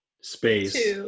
space